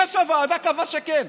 אחרי שהוועדה קבעה שכן.